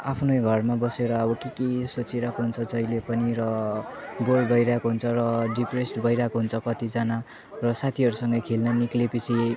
आफ्नै घरमा बसेर अब के के सोचिरहेको हुन्छ जहिले पनि र बोर भइरहेको हुन्छ र डिप्रेस्ड भइरहेको हुन्छ कतिजना र साथीहरूसँग खेल्न निस्केपछि